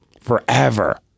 forever